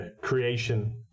creation